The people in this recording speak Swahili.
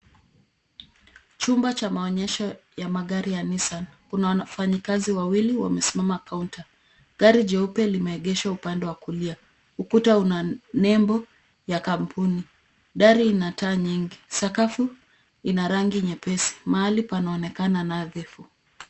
Chumba cha maonyesho ya magari ya Nissan. Kuna wafanyikazi wawili wamesimama kaunta. Gari jeupe limeegeshwa upande wa kulia. Ukuta una nembo ya kampuni. Dari ina taa nyingi. Sakafu ina rangi nyepesi. Mahali panaonekana hafifu.